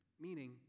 meaning